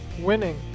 winning